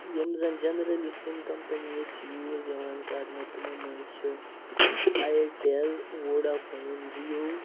یِم زَن generally sim کَمپٔنۍ ییٚتہِ چھِ یوٗز یِوان کرنہٕ تِمو منٛز چھِ اَیرٹیٚل ووڈا فون جِیو